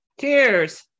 Cheers